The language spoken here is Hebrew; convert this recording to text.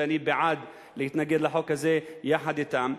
ואני בעד להתנגד יחד אתם,